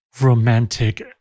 romantic